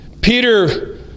Peter